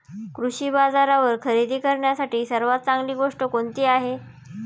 कृषी बाजारावर खरेदी करण्यासाठी सर्वात चांगली गोष्ट कोणती आहे?